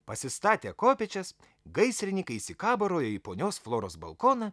pasistatę kopėčias gaisrinykai įsikabarojo į ponios floros balkoną